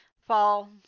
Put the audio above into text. fall